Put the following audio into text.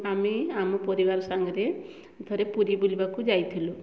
ଆମେ ଆମ ପରିବାର ସାଙ୍ଗରେ ଥରେ ପୁରୀ ବୁଲିବାକୁ ଯାଇଥିଲୁ